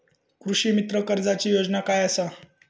कृषीमित्र कर्जाची योजना काय असा?